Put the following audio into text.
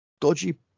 dodgy